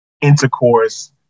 intercourse